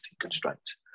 constraints